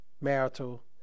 marital